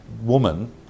woman